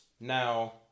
Now